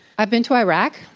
i've been to iraq.